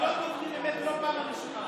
הם לא דוברים אמת, ולא בפעם הראשונה.